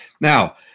Now